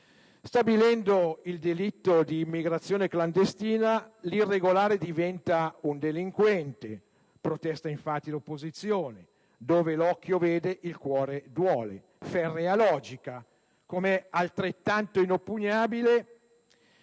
Stabilendo il delitto di immigrazione clandestina l'irregolare diventa un delinquente. Protesta infatti l'opposizione! Dove l'occhio vede, il cuore duole. Ferrea logica. Altrettanto inoppugnabile